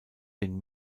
den